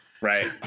right